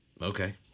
Okay